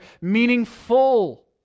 meaningful